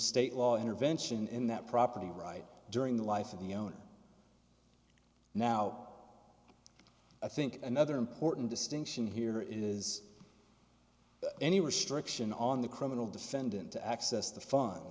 state law intervention in that property right during the life of the owner now i think another important distinction here is any restriction on the criminal defendant to access the fun